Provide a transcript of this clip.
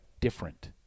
Different